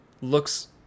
looks